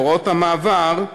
בהוראות המעבר,